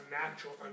natural